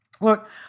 Look